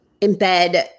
embed